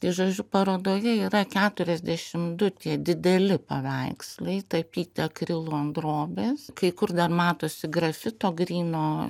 tai žodžiu parodoje yra keturiasdešimt du tie dideli paveikslai tapyti akrilu ant drobės kai kur dar matosi grafito gryno